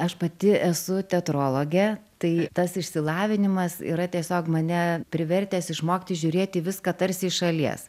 aš pati esu teatrologė tai tas išsilavinimas yra tiesiog mane privertęs išmokti žiūrėti viską tarsi iš šalies